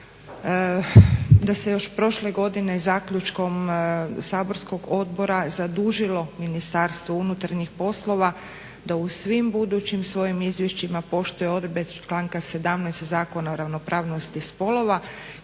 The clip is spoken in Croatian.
da se još prošle godine zaključkom saborskog odbora zadužilo MUP da u svim svojim budućim izvješćima poštuje odredbe članka 17. Zakona o ravnopravnosti spolova